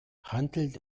handelt